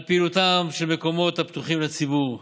על פעילותם של מקומות הפתוחים לציבור,